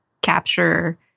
capture